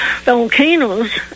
volcanoes